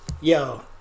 Yo